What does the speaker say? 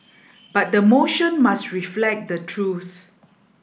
but the motion must reflect the truth